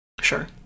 Sure